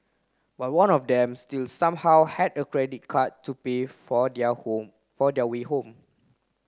but one of them still somehow had a credit card to pay for their home for their way home